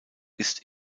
ist